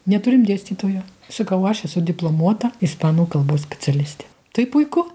neturim dėstytojo sakau aš esu diplomuota ispanų kalbos specialistė tai puiku